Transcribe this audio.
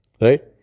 right